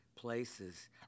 Places